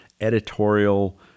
editorial